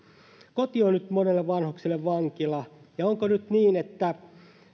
koti on nyt monelle vanhukselle vankila ja onko nyt niin että